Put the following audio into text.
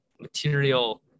material